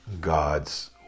God's